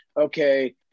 okay